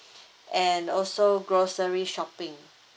and also grocery shopping